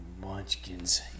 munchkins